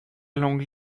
langue